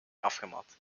afgemat